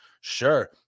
Sure